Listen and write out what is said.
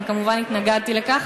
אני כמובן התנגדתי לכך,